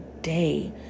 day